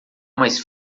mais